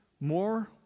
more